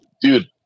dude